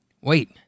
Wait